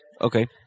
Okay